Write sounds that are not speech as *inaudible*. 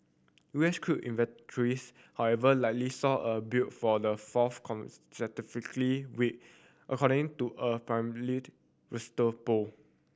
U S crude inventories however likely saw a build for the fourth consecutively week according to a *unintelligible* bowl